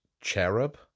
cherub